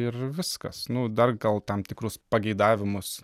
ir viskas nu dar gal tam tikrus pageidavimus